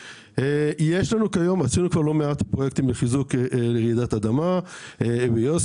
עשינו לא מעט פרויקטים לחיזוק מפני רעידת אדמה ביוספטל,